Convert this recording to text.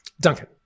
Duncan